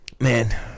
Man